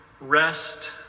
rest